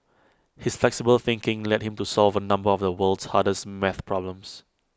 his flexible thinking led him to solve A number of the world's hardest math problems